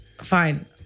fine